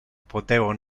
potevo